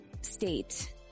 state